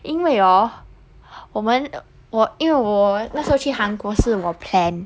因为 orh 我们我因为我那时候去韩国什我 plan